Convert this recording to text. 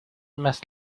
más